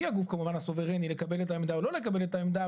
שהיא הגוף כמובן הסוברני לקבל את העמדה או לא לקבל את העמדה,